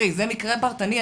זה מקרה פרטני.